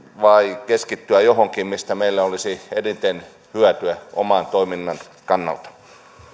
vai keskittyä johonkin mistä meillä olisi eniten hyötyä oman toiminnan kannalta